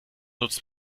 nutzt